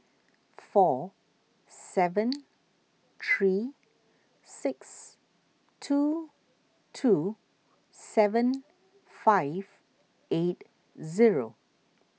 four seven three six two two seven five eight zero